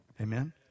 Amen